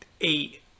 eight